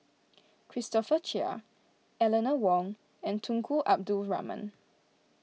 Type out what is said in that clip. Christopher Chia Eleanor Wong and Tunku Abdul Rahman